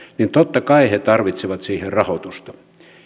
niin totta kai he tarvitsevat siihen rahoitusta